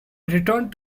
returned